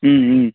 ம்ம்